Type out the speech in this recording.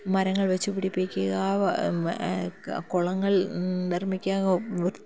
മരങ്ങൾ വച്ചു പിടിപ്പിക്കുക ആ കുളങ്ങൾ നിർമ്മിക്കുക